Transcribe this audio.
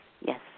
Yes